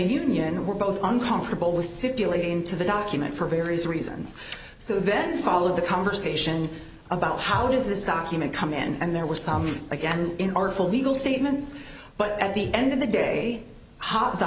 union were both uncomfortable with stipulating to the document for various reasons so then follow the conversation about how does this document come in and there was some in again in our full legal statements but at the end of the day hot the